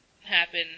happen